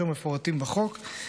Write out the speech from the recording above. אשר מפורטים בחוק,